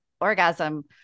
orgasm